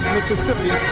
Mississippi